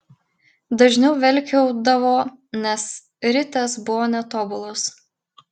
dažniau velkiaudavo nes ritės buvo netobulos